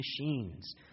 machines